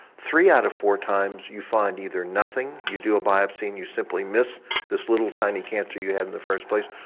three out of four times you find either nothing, you do a biopsy and you simply miss this little tiny cancer you had in the first place,